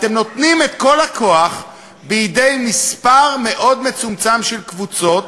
אתם נותנים את כל הכוח בידי מספר מאוד מצומצם של קבוצות,